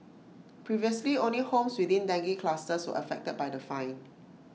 previously only homes within dengue clusters were affected by the fine